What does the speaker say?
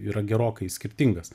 yra gerokai skirtingas